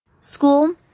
school